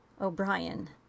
O'Brien